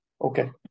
Okay